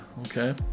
okay